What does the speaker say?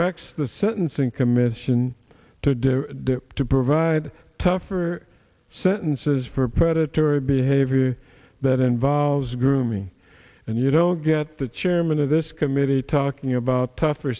directs the sentencing commission today to provide tougher sentences for predatory behavior that involves grooming and you don't get the chairman of this committee talking about tougher